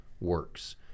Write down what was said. works